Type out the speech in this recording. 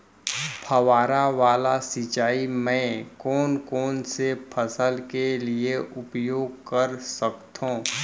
फवारा वाला सिंचाई मैं कोन कोन से फसल के लिए उपयोग कर सकथो?